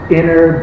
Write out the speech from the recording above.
inner